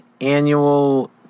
annual